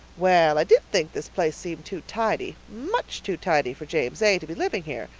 well, i did think this place seemed too tidy. much too tidy for james a. to be living here,